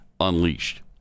unleashed